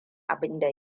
abinda